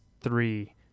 three